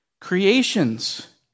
Creations